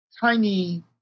tiny